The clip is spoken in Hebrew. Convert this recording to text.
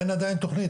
אין עדיין תכנית,